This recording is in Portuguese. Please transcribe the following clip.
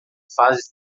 fase